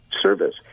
service